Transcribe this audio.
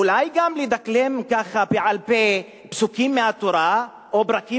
אולי גם לדקלם בעל-פה פסוקים מהתורה או פרקים